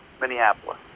Minneapolis